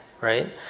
right